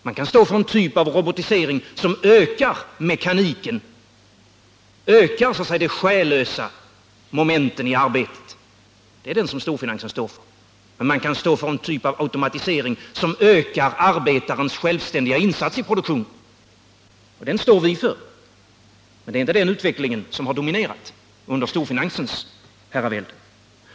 Man kan stå för en typ av robotisering som ökar mekaniken och de själlösa momenten i arbetet. Det är den som storfinansen står för, men man kan också stå för en typ av automatisering som ökar arbetarens självständiga insats i produktionen. Det är vad vi eftersträvar, men det är inte den utvecklingen som har dominerat under storfinansens herravälde.